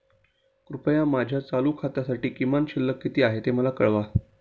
कृपया माझ्या चालू खात्यासाठी किमान शिल्लक किती आहे ते मला कळवा